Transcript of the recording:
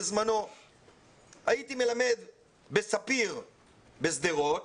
בזמנו הייתי מלמד במכללת ספיר בשדרות,